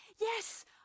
Yes